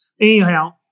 anyhow